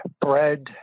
bread